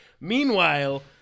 Meanwhile